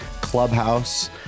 Clubhouse